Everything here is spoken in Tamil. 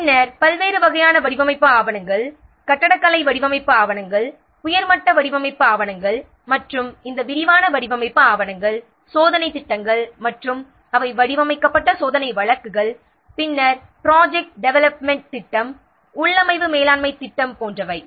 பின்னர் பல்வேறு வகையான வடிவமைப்பு ஆவணங்கள் கட்டடக்கலை வடிவமைப்பு ஆவணங்கள் உயர் மட்ட வடிவமைப்பு ஆவணங்கள் மற்றும் இந்த விரிவான வடிவமைப்பு ஆவணங்கள் சோதனைத் திட்டங்கள் மற்றும் அவை வடிவமைக்கப்பட்ட சோதனை வழக்குகள் பின்னர் ப்ராஜெக்ட் டெவெலப்மென்ட் திட்டம் உள்ளமைவு மேலாண்மை திட்டம் போன்றவை